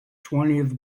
twentieth